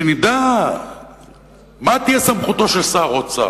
שנדע מה תהיה סמכותו של שר האוצר,